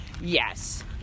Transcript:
Yes